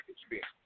experience